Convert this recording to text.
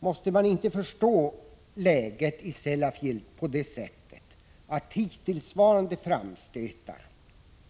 Måste man inte förstå läget i Sellafield på det sättet att hittillsvarande framstötar